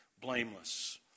blameless